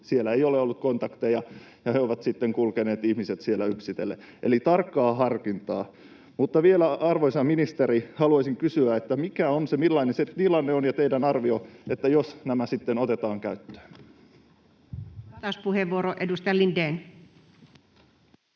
Siellä ei ole ollut kontakteja, ja ihmiset ovat sitten kulkeneet siellä yksitellen. Eli tarkkaa harkintaa. Mutta vielä, arvoisa ministeri, haluaisin kysyä: millainen on se tilanne ja teidän arvionne, jos nämä sitten otetaan käyttöön? [Speech 89] Speaker: Anu